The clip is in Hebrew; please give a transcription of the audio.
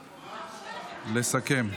לסכם.